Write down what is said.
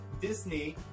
Disney